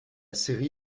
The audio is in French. série